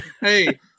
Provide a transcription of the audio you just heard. Hey